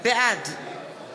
בעד